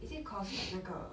is it cause like 那个